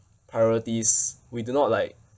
priorities we do not like